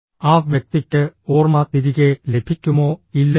ആ വ്യക്തിക്ക് ഓർമ്മ തിരികെ ലഭിക്കുമോ ഇല്ലയോ